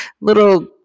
little